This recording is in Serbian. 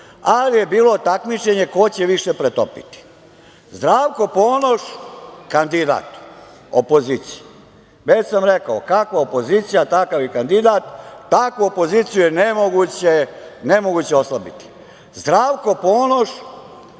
ali je bilo takmičenje ko će više pretopiti. Zdravko Ponoš, kandidat opozicije. Već sam rekao, kakva opozicija, takav i kandidat. Takvu opoziciju je nemoguće oslabiti. Zdravko Ponoš